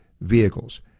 vehicles